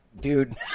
dude